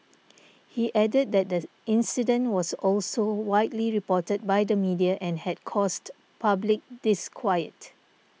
he added that the incident was also widely reported by the media and had caused public disquiet